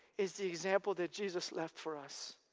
is the example that jesus left for us.